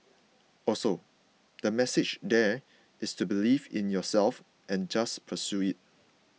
also the message there is to believe in yourself and just pursue it